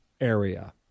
area